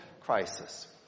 crisis